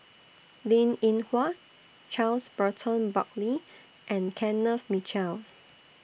Linn in Hua Charles Burton Buckley and Kenneth Mitchell